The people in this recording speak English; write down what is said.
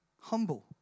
humble